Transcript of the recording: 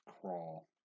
Crawl